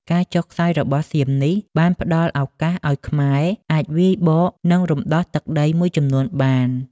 ការចុះខ្សោយរបស់សៀមនេះបានផ្ដល់ឱកាសឱ្យខ្មែរអាចវាយបក និងរំដោះទឹកដីមួយចំនួនបាន។